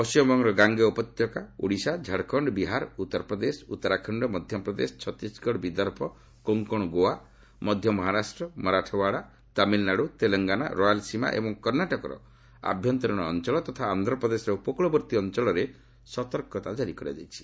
ପଣ୍ଢିମବଙ୍ଗର ଗାଙ୍ଗେୟ ଉପତ୍ୟକା ଓଡ଼ିଶା ଝାଡ଼ଖଣ୍ଡ ବିହାର ଉତ୍ତରପ୍ରଦେଶ ଉତ୍ତରାଖଣ୍ଡ ମଧ୍ୟପ୍ରଦେଶ ଛତିଶଗଡ଼ ବିଦର୍ଭ କୋଙ୍କଣ ଗୋଆ ମଧ୍ୟ ମହରାଷ୍ଟ୍ର ମରାଠାୱାଡ଼ା ତାମିଲ୍ନାଡୁ ତେଲଙ୍ଗାନା ରୟାଲ୍ ସୀମା ଏବଂ କର୍ଷାଟକର ଆଭ୍ୟନ୍ତରୀଣ ଅଞ୍ଚଳ ଓ ଆନ୍ଧ୍ରପ୍ରଦେଶର ଉପକୃଳବର୍ତ୍ତୀ ଅଞ୍ଚଳରେ ସତର୍କତା ଜାରି କରାଯାଇଛି